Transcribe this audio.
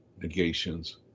negations